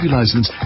license